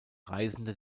reisende